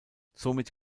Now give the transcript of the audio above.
somit